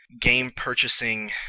game-purchasing